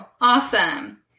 Awesome